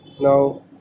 now